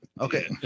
Okay